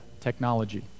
technology